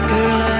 Girl